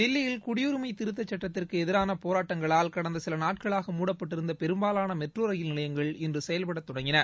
தில்லியில் குடியுரிமை திருத்த சுட்டத்திற்கு எதிரான போராட்டங்களால் கடந்த சில நாட்களாக மூடப்பட்டிருந்த பெரும்பாலான மெட்ரோ ரயில் நிலையங்கள் இன்று செயல்பட தொடங்கின